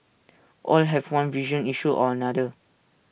all have one vision issue or another